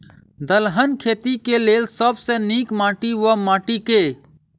दलहन खेती केँ लेल सब सऽ नीक माटि वा माटि केँ?